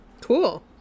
Cool